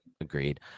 Agreed